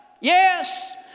yes